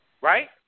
right